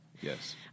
Yes